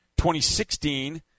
2016